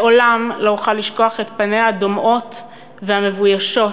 לעולם לא אוכל לשכוח את פניה הדומעות והמבוישות